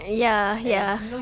ya ya